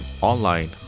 online